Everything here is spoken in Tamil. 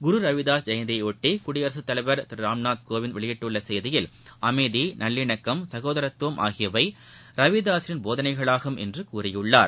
குரு ரவிதாஸ் ஜெயந்தியையொட்டி குடியரகத் தலைவர் திரு ராம்நாத் கோவிந்த் வெளியிட்டுள்ள செய்தியில் அமைதி நல்லிணக்ககம் சகோதரத்துவம் ஆகியவை ரவிதாஸரின் போதனையாகும் என்று கூறியுள்ளார்